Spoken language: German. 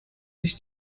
sich